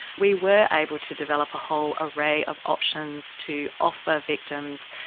we were able to develop a whole array of options to offer victims,